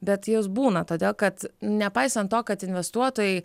bet jos būna todėl kad nepaisant to kad investuotojai